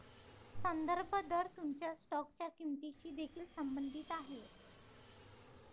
संदर्भ दर तुमच्या स्टॉकच्या किंमतीशी देखील संबंधित आहे